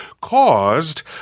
caused